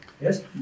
Yes